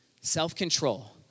self-control